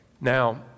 Now